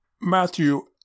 Matthew